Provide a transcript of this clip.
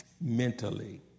mentally